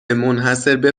منحصربه